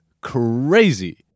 crazy